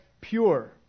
pure